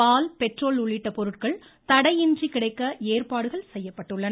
பால் petrol உள்ளிட்ட பொருட்கள் தடையின்றி கிடைக்க ஏற்பாடுகள் செய்யப்பட்டுள்ளன